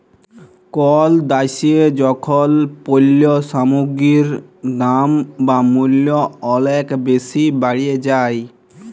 call দ্যাশে যখল পল্য সামগ্গির দাম বা মূল্য অলেক বেসি বাড়ে যায়